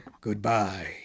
Goodbye